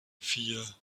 vier